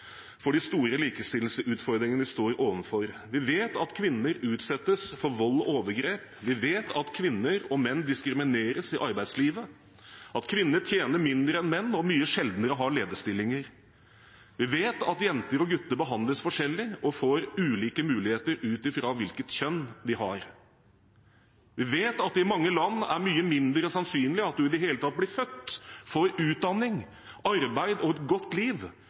for de store likestillingsutfordringene vi står overfor. Vi vet at kvinner utsettes for vold og overgrep. Vi vet at kvinner og menn diskrimineres i arbeidslivet, at kvinner tjener mindre enn menn og mye sjeldnere har lederstillinger. Vi vet at jenter og gutter behandles forskjellig og får ulike muligheter ut fra hvilket kjønn de har. Vi vet at i mange land er det mye mindre sannsynlig at du i det hele tatt blir født, får utdanning, arbeid og et godt liv